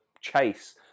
chase